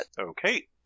Okay